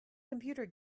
computer